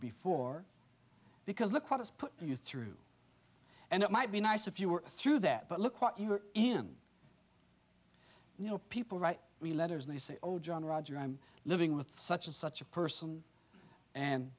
before because look at us put you through and it might be nice if you were through that but look what you're in you know people write me letters and they say oh john roger i'm living with such and such a person and